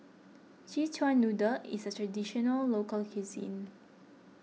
Szechuan Noodle is a Traditional Local Cuisine